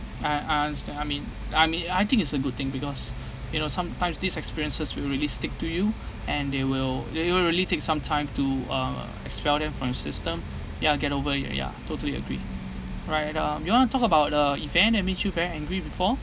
I I understand I mean I mean I think it's a good thing because you know sometimes these experiences will really stick to you and they will it it really take some time to uh expel them from your system ya get over it ya ya totally agree right um you want to talk about uh event that makes you very angry before